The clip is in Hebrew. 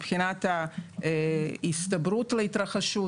מבחינת ההסתברות להתרחשות.